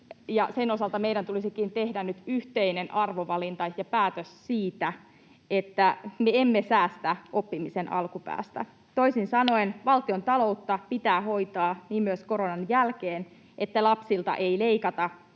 sen osalta meidän tulisikin tehdä nyt yhteinen arvovalinta ja päätös siitä, että me emme säästä oppimisen alkupäästä. Toisin sanoen: valtiontaloutta pitää hoitaa myös koronan jälkeen niin, että lapsilta ei leikata